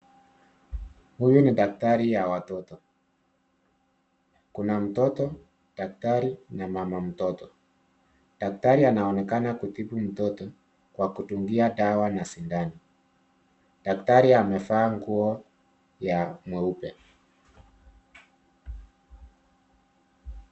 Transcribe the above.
Huyu ni daktari ya watoto, kuna mtoto, daktari na mama mtoto. Daktari anaonekana kutibu mtoto kwa kudungia dawa na sindano, daktari amevaa nguo ya mweupe.